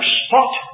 spot